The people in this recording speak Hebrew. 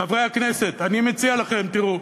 חברי הכנסת, אני מציע לכם, תראו,